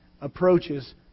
approaches